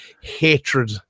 hatred